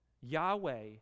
Yahweh